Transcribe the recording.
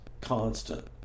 Constant